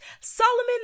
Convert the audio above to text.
Solomon